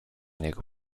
niego